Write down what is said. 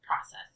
Process